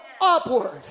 upward